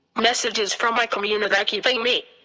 messages from my community ah keeping me.